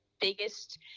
biggest